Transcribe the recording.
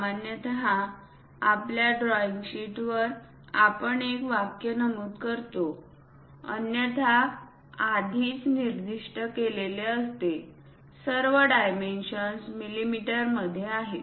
सामान्यतः आपल्या ड्रॉईंग शीटवर आपण एक वाक्य नमूद करतो अन्यथा आधीच निर्दिष्ट केलेले असते सर्व डायमेन्शन्स मिमी मध्ये आहेत